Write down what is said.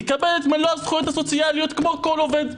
יקבל את מלוא הזכויות הסוציאליות כמו כל עובד.